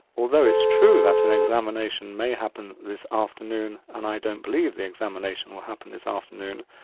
although it's true that an examination may happen this afternoon, and i don't believe the examination will happen this afternoon,